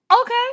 Okay